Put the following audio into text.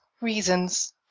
reasons